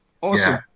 awesome